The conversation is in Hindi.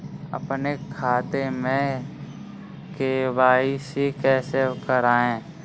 अपने खाते में के.वाई.सी कैसे कराएँ?